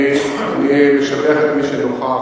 אני משבח את מי שנוכח,